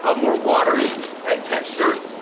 ah more watery ah texture.